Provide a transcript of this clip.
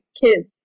kids